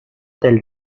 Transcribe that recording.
del